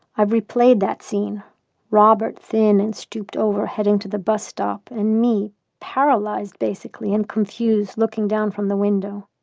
i've replayed that scene robert, thin and stooped over, heading to the bus stop and me, paralyzed, basically, and confused, looking down from the window.